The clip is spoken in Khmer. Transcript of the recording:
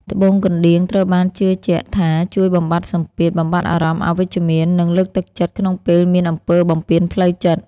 ត្បូងកណ្ដៀងត្រូវបានជឿជាក់ថាជួយបំបាត់សំពាធ បំបាត់អារម្មណ៍អវិជ្ជមាន និងលើកទឹកចិត្តក្នុងពេលមានអំពើបំពានផ្លូវចិត្ត។